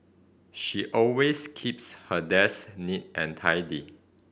she always keeps her desk neat and tidy